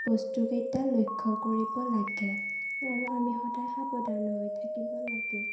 বস্তু কেইটা লক্ষ্য কৰিব লাগে আৰু আমি সদায় সাৱধান হৈ থাকিব লাগে